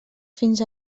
fins